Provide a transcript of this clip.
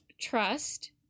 trust